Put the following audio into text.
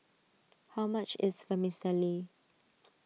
how much is Vermicelli